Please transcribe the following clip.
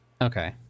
Okay